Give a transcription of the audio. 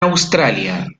australia